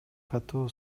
катуу